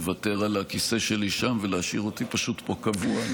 לוותר על הכיסא שלי שם ופשוט להשאיר אותי פה קבוע,